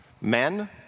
men